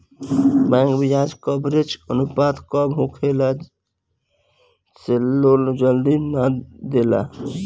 bank बियाज coverage अनुपात कम होखला से लोन जल्दी नाइ देला